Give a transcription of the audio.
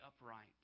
upright